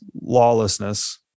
lawlessness